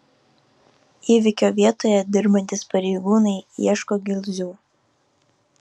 įvykio vietoje dirbantys pareigūnai ieško gilzių